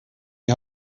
die